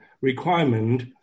requirement